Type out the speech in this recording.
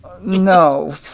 No